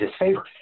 disfavored